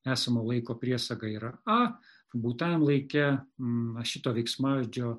esamo laiko priesaga yra a būtajam laike na šito veiksmažodžio